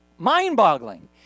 mind-boggling